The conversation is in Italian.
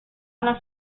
allo